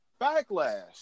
backlash